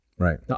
Right